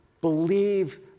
Believe